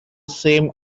same